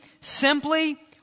simply